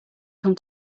come